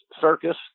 circus